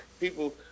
people